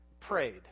prayed